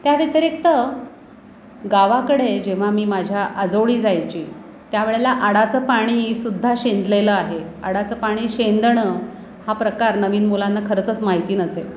त्या व्यतिरिक्त गावाकडे जेव्हा मी माझ्या आजोळी जायची त्या वेळेला आडाचं पाणी सुद्धा शेंदलेलं आहे आडाचं पाणी शेंदणं हा प्रकार नवीन मुलांना खरंचंच माहिती नसेल